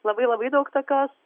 labai labai daug tokios